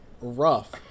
rough